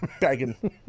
begging